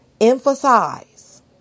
emphasize